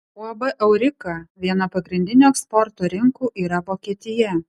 uab aurika viena pagrindinių eksporto rinkų yra vokietija